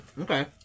okay